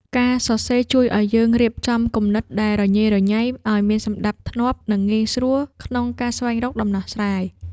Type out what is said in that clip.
ការសរសេរជួយឱ្យយើងរៀបចំគំនិតដែលរញ៉េរញ៉ៃឱ្យមានសណ្ដាប់ធ្នាប់ និងងាយស្រួលក្នុងការស្វែងរកដំណោះស្រាយ។